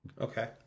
Okay